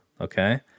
okay